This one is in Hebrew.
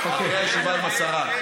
אחרי הישיבה עם השרה.